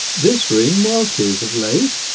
this ring was his of late.